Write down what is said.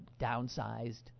downsized